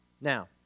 Now